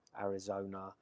Arizona